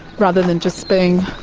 rather than just being